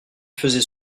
faisait